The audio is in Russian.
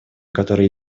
которая